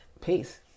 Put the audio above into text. peace